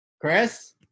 Chris